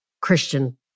christian